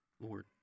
Lord